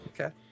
Okay